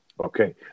okay